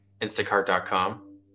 instacart.com